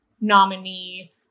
nominee